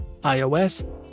iOS